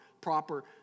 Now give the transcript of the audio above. proper